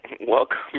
Welcome